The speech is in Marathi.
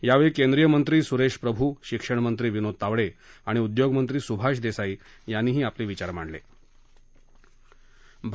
यावेळी केंद्रीय मक्तीसुरेश प्रभू शिक्षण मक्तीविनोद तावडे आणि उद्योगमक्तीसुभाष देसाई यातीही आपले विचार मादक्ती